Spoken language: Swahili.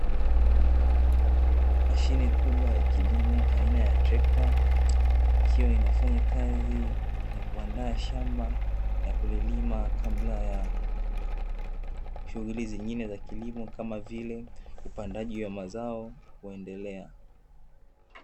Mashine kubwa ya kilimo aina ya trekta, ikiwa inafanya kazi ya kuandaa shamba na kulilima kabla ya shughuli zingine za kilimo kama vile upandaji wa mazao kuendelea.